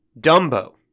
Dumbo